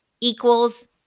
equals